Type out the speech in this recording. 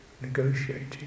Negotiating